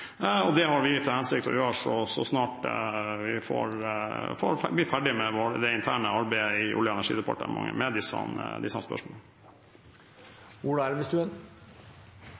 Det har vi til hensikt å gjøre så snart vi blir ferdig med det interne arbeidet i Olje- og energidepartementet med disse spørsmålene.